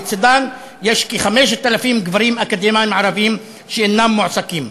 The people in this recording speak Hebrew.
לצדן יש כ-5,000 גברים אקדמאים ערבים שאינם מועסקים.